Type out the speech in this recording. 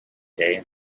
day